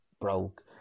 broke